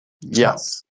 Yes